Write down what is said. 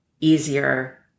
easier